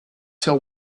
till